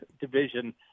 division